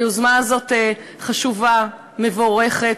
היוזמה הזאת חשובה, מבורכת,